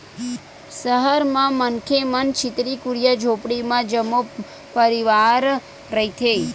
सहर म मनखे मन छितकी कुरिया झोपड़ी म जम्मो परवार रहिथे